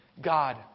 God